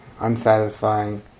unsatisfying